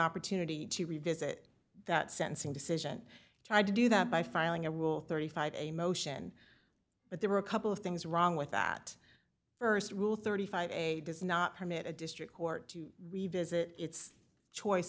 opportunity to revisit that sentencing decision tried to do that by filing a rule thirty five a motion but there are a couple of things wrong with that st rule thirty five dollars does not permit a district court to revisit its choice